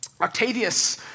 Octavius